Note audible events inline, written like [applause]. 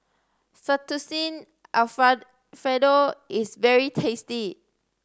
Fettuccine [unintelligible] Fredo is very tasty